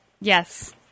Yes